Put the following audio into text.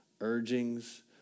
urgings